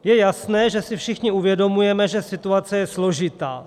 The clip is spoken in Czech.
Je jasné, že si všichni uvědomujeme, že situace je složitá.